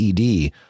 ed